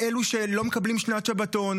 ראינו אתמול בהצבעה על התקציב.